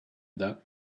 that